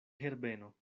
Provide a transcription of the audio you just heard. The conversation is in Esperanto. herbeno